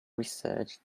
research